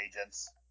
agents